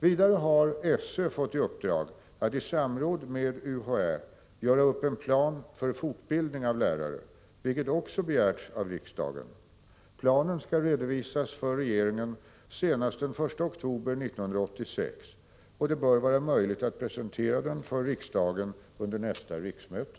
Vidare har SÖ fått i uppdrag att i samråd med UHÄ göra upp en plan för fortbildning av lärare, vilket också begärts av riksdagen. Planen skall redovisas för regeringen senast den 1 oktober 1986, och det bör vara möjligt att presentera den för riksdagen under nästa riksmöte.